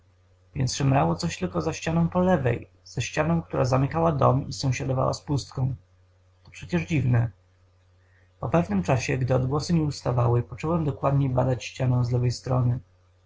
więc szemrało coś tylko za ścianą po lewej za ścianą która zamykała dom i sąsiadowała z pustką to przecież dziwne po pewnym czasie gdy odgłosy nie ustawały począłem dokładniej badać ścianę z lewej strony